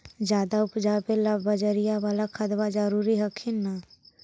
ज्यादा उपजाबे ला बजरिया बाला खदबा जरूरी हखिन न?